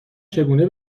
چگونه